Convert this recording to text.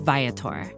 Viator